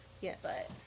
Yes